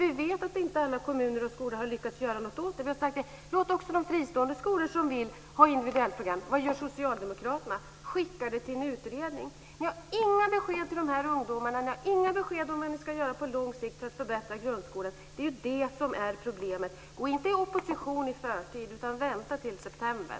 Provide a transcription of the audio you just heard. Vi vet att inte alla kommuner och skolor har lyckats göra något åt detta. Vi har sagt: Låt också de fristående skolor som så vill ha individuellt program. Vad gör Socialdemokraterna? Jo, skickar det till en utredning. Ni har inga besked till de här ungdomarna. Ni har inga besked om vad ni ska göra på lång sikt för att förbättra grundskolan. Det är ju det som är problemet. Gå inte i opposition i förtid, utan vänta till september!